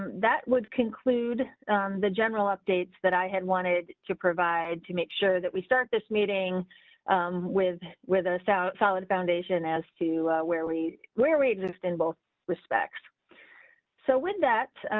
that would conclude the general updates that i had wanted to provide to make sure that we start this meeting with with us out solid foundation as to where we, where we exist in both. respects so, with that,